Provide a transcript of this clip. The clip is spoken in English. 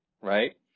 right